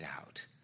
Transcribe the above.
out